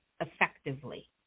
Effectively